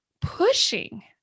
pushing